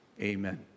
Amen